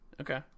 Okay